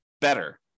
better